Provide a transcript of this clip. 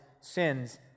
sins